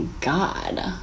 god